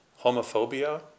Homophobia